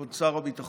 כבוד שר הביטחון,